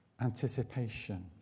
anticipation